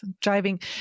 driving